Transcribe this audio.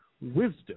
Wisdom